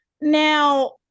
Now